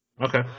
Okay